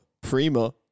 Prima